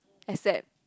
except